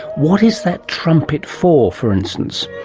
what is that trumpet for, for instance?